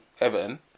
Everton